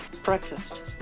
breakfast